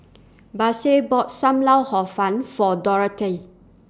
Baise bought SAM Lau Hor Fun For Dorathy